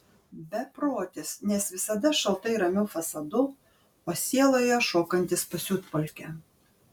beprotis nes visada šaltai ramiu fasadu o sieloje šokantis pasiutpolkę